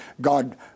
God